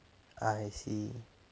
I see